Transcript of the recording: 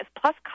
plus